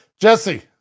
jesse